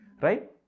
right